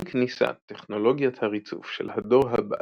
עם כניסת טכנולוגיית הריצוף של הדור הבא,